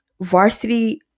Varsity